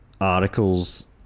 articles